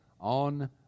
on